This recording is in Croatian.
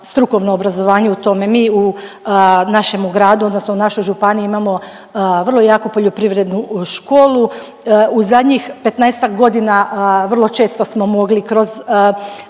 strukovno obrazovanje u tome. Mi u našemu gradu odnosno našoj županiji imamo vrlo jaku poljoprivrednu školu u zadnjih 15-ak godina vrlo često smo mogli kroz